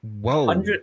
whoa